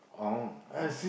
oh oh